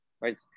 right